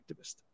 activist